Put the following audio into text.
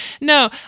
No